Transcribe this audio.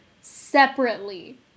separately